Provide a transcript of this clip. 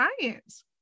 science